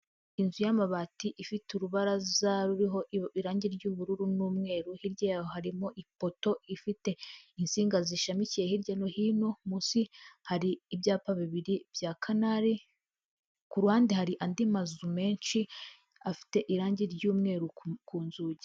Inzu y'amabati ifite urubaraza ruriho irangi ry'ubururu n'umweru, hirya yaho harimo ipoto ifite insinga zishamikiye hirya no hino, munsi hari ibyapa bibiri bya kanari, ku ruhande hari andi mazu menshi afite irangi ry'umweru ku nzugi.